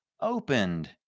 opened